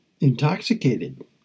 intoxicated